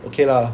okay lah